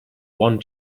one